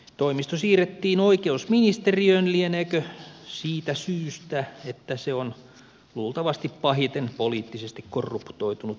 toimisto siirrettiin oikeusministeriöön lieneekö siitä syystä että se on luultavasti pahiten poliittisesti korruptoitunut virkamiestaho suomessa